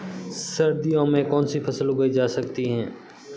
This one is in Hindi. सर्दियों में कौनसी फसलें उगाई जा सकती हैं?